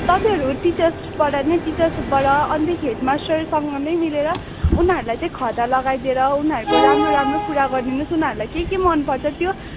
तपाईँहरू टिचर्सबाट नै टिचर्सबाट अन्त हेडमास्टरसँग नै मिलेर उनीहरूलाई चाहिँ खदा लगाइदिएर उनीहरूको राम्रो राम्रो कुरा गरिदिनु होस् उनीहरूलाई के के मनपर्छ त्यो